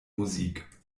musik